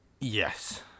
Yes